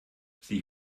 sie